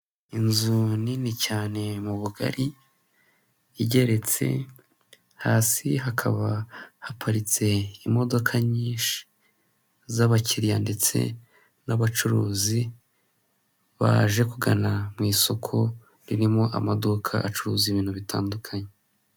Inzu nini cyane mu bugari, igeretse hasi hakaba haparitse imodoka nyinshi z'abakiriya ndetse n'abacuruzi, baje kugana mu isoko ririmo amaduka acuruza ibintu bitandukanye.